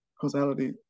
causality